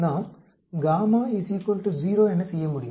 நாம் என செய்ய முடியும்